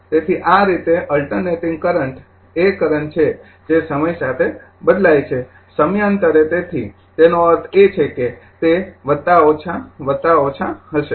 તેથી આ રીતે અલ્ટરનેટિંગ કરંટ એ કરંટ છે જે સમય સાથે બદલાય છે સમયાંતરે તેથી તેનો અર્થ એ કે તે હશે